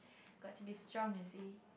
got to be strong you see